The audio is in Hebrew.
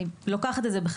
אני לוקחת את זה בחזרה,